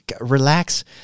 relax